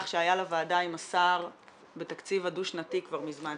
שהיה לוועדה עם השר בתקציב הדו-שנתי כבר מזמן.